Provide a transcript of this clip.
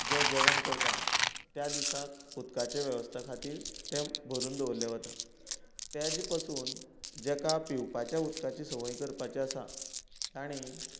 जें जेवण करता त्या दिसाक उदकाच्या वेवस्था खातीर तें भरून दवरलें वता तेजे पसून जेका पिवपाच्या उदकाची संवय करपाची आसा ताणें